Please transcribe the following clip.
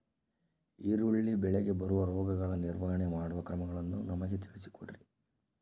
ಈರುಳ್ಳಿ ಬೆಳೆಗೆ ಬರುವ ರೋಗಗಳ ನಿರ್ವಹಣೆ ಮಾಡುವ ಕ್ರಮಗಳನ್ನು ನಮಗೆ ತಿಳಿಸಿ ಕೊಡ್ರಿ?